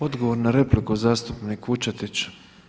Odgovor na repliku zastupnik Vučetić.